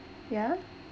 yeah